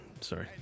Sorry